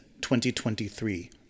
2023